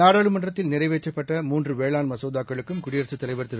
நாடாளுமன்றத்தில் நிறைவேற்றப்பட்ட மூன்றுவேளாண் மசோதாக்களுக்கும் குடியரசுத் தலைவர் திரு